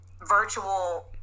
virtual